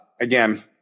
Again